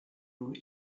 nun